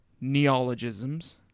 neologisms